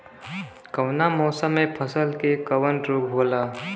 कवना मौसम मे फसल के कवन रोग होला?